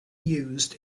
used